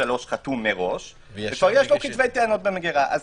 3 חתום מראש ויש לו כתבי טענות במגירה.